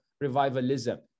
revivalism